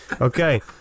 Okay